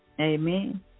Amen